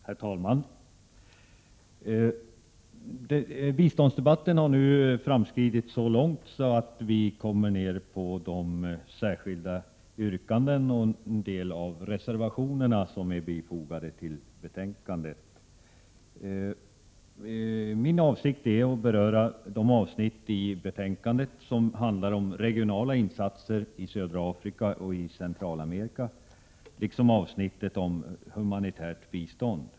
Herr talman! Biståndsdebatten har framskridit så långt att vi har kommit ned på särskilda yrkanden och en del av de reservationer som är fogade till betänkandet. Min avsikt är att beröra de avsnitt i betänkandet som handlar om regionala insatser i södra Afrika och Centralamerika samt avsnittet om humanitärt bistånd.